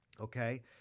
Okay